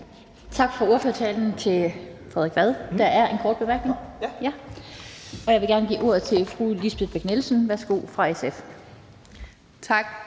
Vad for ordførertalen. Der er en kort bemærkning. Jeg vil gerne give ordet til fru Lisbeth Bech-Nielsen fra SF.